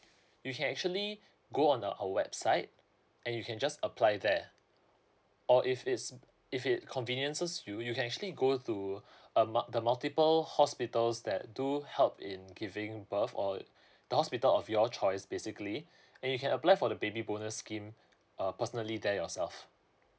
you can actually go on a our website and you can just apply there or if it's if it conveniences you you can actually go to um mul~ the multiple hospitals that do help in giving birth or the hospital of your choice basically and you can apply for the baby bonus scheme uh personally there yourself